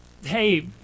Hey